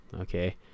Okay